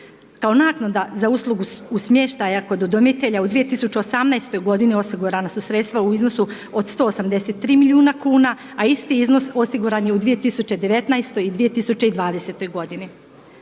Kao naknada za uslugu smještaja udomitelja u 2018. godini osigurana su sredstva u iznosu od 183 milijuna kuna, a isti iznos osiguran je u 2019. i 2020. godini.